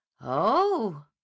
Oh